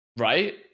Right